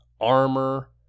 armor